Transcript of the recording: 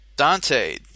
Dante